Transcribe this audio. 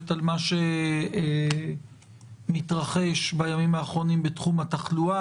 על מה שמתרחש בימים האחרונים בתחום התחלואה,